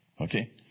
Okay